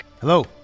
Hello